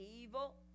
evil